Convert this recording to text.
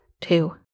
two